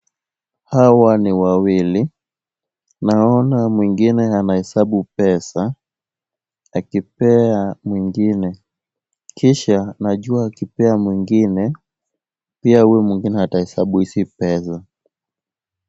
Hawa ni wawili. Naona mwingine anahesabu pesa akipea mwingine. Kisha najua akipea mwingine, pia huyu mwingine atahesabu hizi pesa.